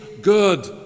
good